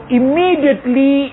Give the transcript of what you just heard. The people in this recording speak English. immediately